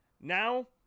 Now